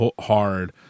hard